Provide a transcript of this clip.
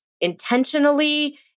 intentionally